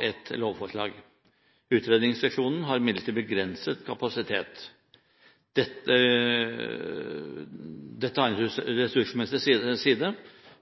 et lovforslag. Utredningsseksjonen har imidlertid begrenset kapasitet. Dette har en ressursmessig side